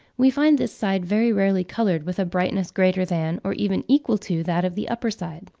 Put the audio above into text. we find this side very rarely coloured with a brightness greater than, or even equal to, that of the upper side.